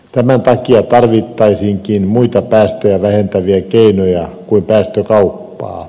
tämän takia tarvittaisiinkin muita päästöjä vähentäviä keinoja kuin päästökauppa